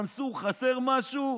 מנסור, חסר משהו?